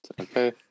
Okay